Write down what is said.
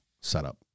setup